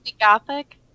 Gothic